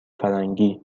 فرنگی